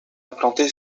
implanté